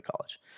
college